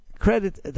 Credit